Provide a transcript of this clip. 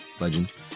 legend